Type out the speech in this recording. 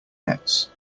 nets